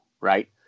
right